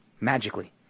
magically